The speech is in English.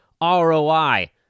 ROI